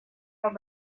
are